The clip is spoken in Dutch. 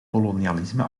kolonialisme